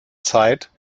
zeit